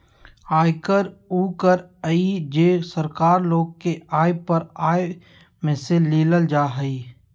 आयकर उ कर हइ जे सरकार लोग के आय पर आय में से लेल जा हइ